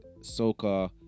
soca